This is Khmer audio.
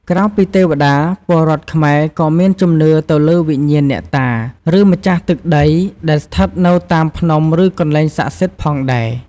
ក្រៅពីទេវតា ពលរដ្ឋខ្មែរក៏មានជំនឿទៅលើវិញ្ញាណអ្នកតា ឬម្ចាស់ទឹកម្ចាស់ដីដែលស្ថិតនៅតាមភ្នំឬកន្លែងស័ក្តិសិទ្ធិផងដែរ។